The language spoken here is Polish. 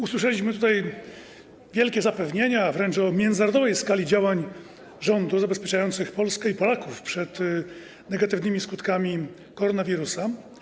Usłyszeliśmy tutaj gorące zapewnienia o wręcz międzynarodowej skali działań rządu zabezpieczających Polskę i Polaków przed negatywnymi skutkami działania koronawirusa.